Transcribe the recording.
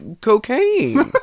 cocaine